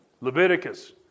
Leviticus